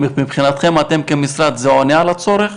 מבחינתכם כמשרד, זה עונה על הצורך,